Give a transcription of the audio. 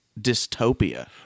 dystopia